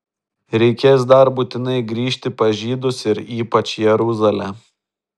reikės dar būtinai grįžti pas žydus ir ypač jeruzalę